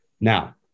Now